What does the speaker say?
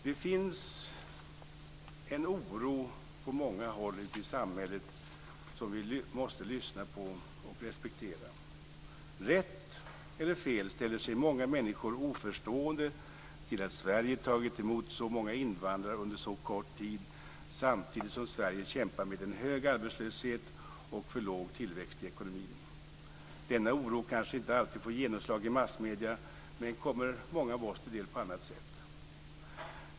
Det finns en oro på många håll ute i samhället som vi måste lyssna på och respektera. Rätt eller fel ställer sig många människor oförstående till att Sverige tagit emot så många invandrare under så kort tid, samtidigt som Sverige kämpar med en hög arbetslöshet och för låg tillväxt i ekonomin. Denna oro kanske inte alltid får genomslag i massmedierna, men kommer många av oss till del på annat sätt.